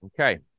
Okay